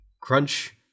Crunch